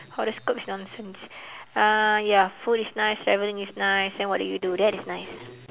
horoscope is nonsense uh ya food is nice traveling is nice then what do you do that is nice